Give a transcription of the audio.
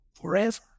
forever